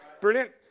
Brilliant